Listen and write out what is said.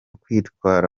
kwitwara